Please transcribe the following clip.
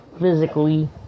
physically